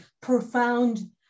profound